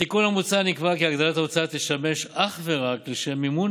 בתיקון המוצע נקבע כי הגדלת ההוצאה תשמש אך ורק לשם מימון